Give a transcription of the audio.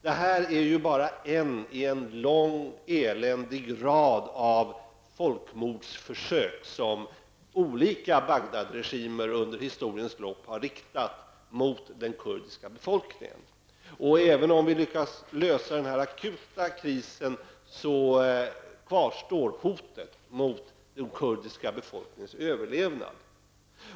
Det här är bara ett i en lång eländig rad av folkmordsförsök som olika Bagdadregimer under historiens lopp har riktat mot den kurdiska befolkningen. Även om vi lyckas lösa den akuta krisen kvarstår hotet mot den kurdiska befolkningens överlevnad.